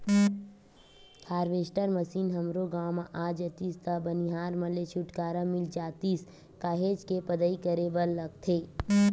harvester machine हमरो गाँव म आ जातिस त बनिहार मन ले छुटकारा मिल जातिस काहेच के पदई करे बर लगथे